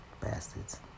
bastards